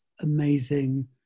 amazing